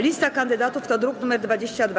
Lista kandydatów to druk nr 22.